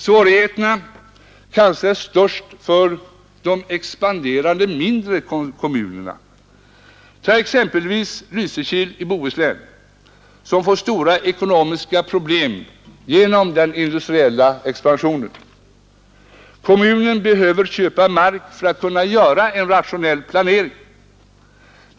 Svårigheterna är kanske störst för de expanderande mindre kommunerna. Tag exempelvis Lysekil i Bohuslän som får stora ekonomiska problem genom den industriella expansionen! Kommunerna behöver köpa mark för att kunna göra en rationell planering.